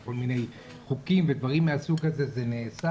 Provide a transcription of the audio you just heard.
כל מיני חוקים ודברים מהסוג הזה זה נעשה